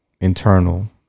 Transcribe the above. internal